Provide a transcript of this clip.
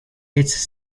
its